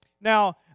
Now